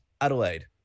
Adelaide